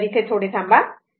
तर इथे थोडे थांबा बरोबर